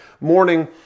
morning